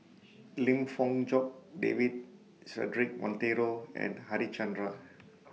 Lim Fong Jock David Cedric Monteiro and Harichandra